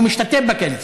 והוא משתתף בכנס.